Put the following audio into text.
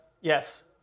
Yes